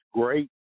great